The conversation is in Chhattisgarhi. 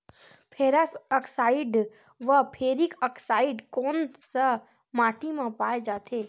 फेरस आकसाईड व फेरिक आकसाईड कोन सा माटी म पाय जाथे?